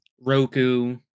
Roku